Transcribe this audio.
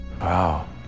Wow